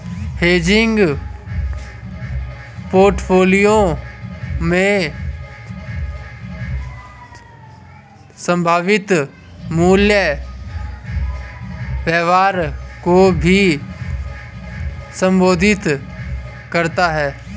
hedging portfolio में संभावित मूल्य व्यवहार को भी संबोधित करता हैं